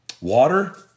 Water